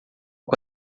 com